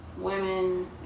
women